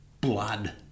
blood